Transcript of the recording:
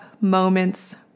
moments